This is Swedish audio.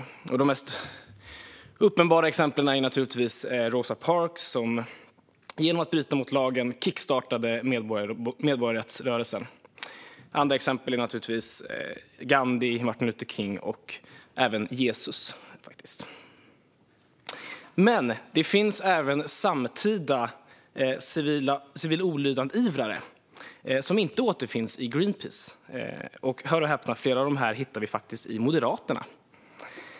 Ett av de mest uppenbara exemplen är naturligtvis Rosa Parks, som genom att bryta mot lagen kickstartade medborgarrättsrörelsen. Andra exempel är naturligtvis Gandhi, Martin Luther King och även Jesus. Men det finns även samtida exempel på personer som ivrar för civil olydnad och som inte återfinns i Greenpeace. Hör och häpna, men flera av dem hittar vi faktiskt i Moderaterna.